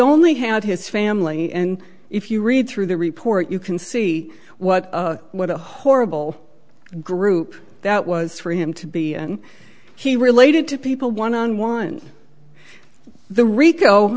only had his family and if you read through the report you can see what what a horrible group that was for him to be he related to people one on one the r